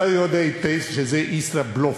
אתה יודע היטב שזה ישראבלוף.